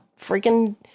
freaking